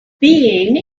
being